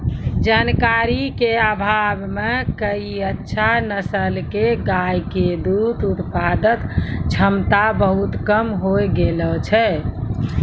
जानकारी के अभाव मॅ कई अच्छा नस्ल के गाय के दूध उत्पादन क्षमता बहुत कम होय गेलो छै